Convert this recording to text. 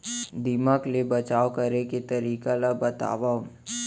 दीमक ले बचाव करे के तरीका ला बतावव?